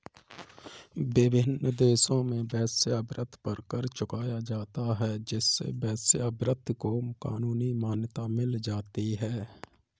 विभिन्न देशों में वेश्यावृत्ति पर कर चुकाया जाता है जिससे वेश्यावृत्ति को कानूनी मान्यता मिल जाती है